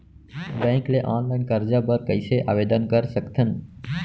Bank ले online करजा बर कइसे आवेदन कर सकथन?